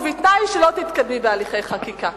ובתנאי שלא תתקדמי בהליכי חקיקה.